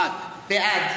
בעד